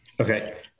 Okay